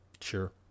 Sure